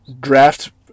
draft